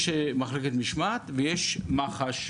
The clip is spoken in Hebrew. יש מחלקת משמעת ויש מח"ש.